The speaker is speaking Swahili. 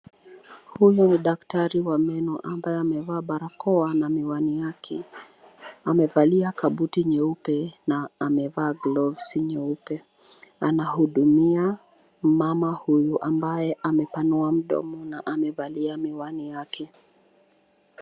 Huyu ni daktari wa meno ambaye amevaa barakoa na miwani yake. Amevalia kabuti nyeupe na amevaa gloves nyeupe. Anahudumia mama huyu ambaye amepanua mdomo na amevalia miwani yake.